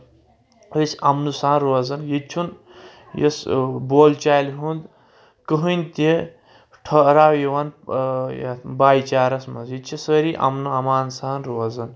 أسۍ اَمنہٕ سان روزان ییٚتہِ چھُنہٕ یُس بول چالہِ ہُنٛد کٕہٕنۍ تہِ ٹھراو یِوان یَتھ بایہِ چارَس منٛز ییٚتہِ چھِ سٲری اَمنہٕ آمان سان روزان